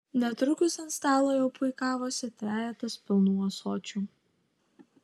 netrukus ant stalo jau puikavosi trejetas pilnų ąsočių